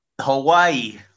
Hawaii